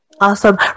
Awesome